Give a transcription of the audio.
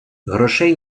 грошей